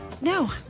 No